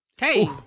hey